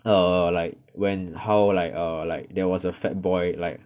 err like when how like err like there was a fat boy like